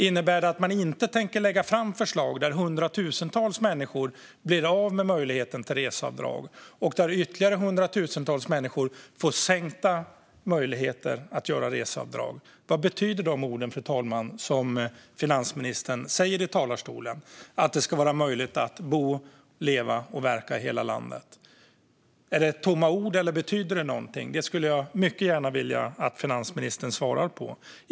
Innebär det att man inte tänker lägga fram förslag som leder till att hundratusentals människor blir av med möjligheten till reseavdrag och att ytterligare hundratusentals människor får minskade möjligheter att göra reseavdrag? Vad betyder de ord, fru talman, som finansministern säger i talarstolen, att det ska vara möjligt att bo, leva och verka i hela landet? Är det tomma ord eller betyder det någonting? Det skulle jag mycket gärna vilja att finansministern svarar på.